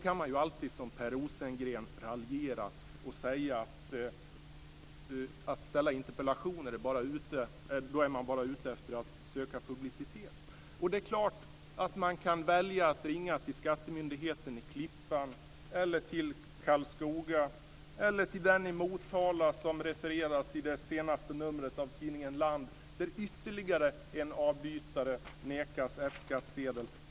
Man kan ju alltid som Per Rosengren raljera och säga: Ställer man interpellationer är man bara ute efter att söka publicitet. Det är klart att man kan välja att ringa till skattemyndigheten i Klippan eller i Karlskoga eller till den i Motala som refereras i det senaste numret av tidningen Land, där ytterligare en avbytare nekas F-skattsedel.